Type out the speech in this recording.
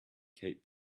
kate